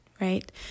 right